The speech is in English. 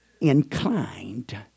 inclined